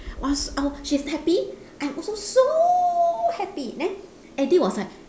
!wah! s~ I she's happy I'm also so happy then eddie was like